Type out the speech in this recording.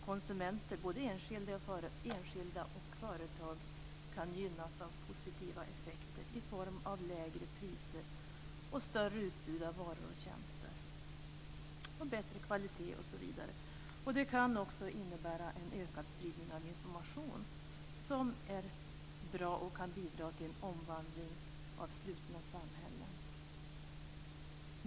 Konsumenter, både enskilda och företag, kan gynnas av positiva effekter i form av lägre priser, större utbud av varor och tjänster, bättre kvalitet osv. Världshandeln kan också innebära en ökad spridning av information, vilket är bra och kan bidra till en omvandling av slutna samhällen.